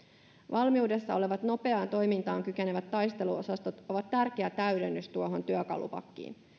valmiudessa olevat nopeaan toimintaan kykenevät taisteluosastot ovat tärkeä täydennys tuohon työkalupakkiin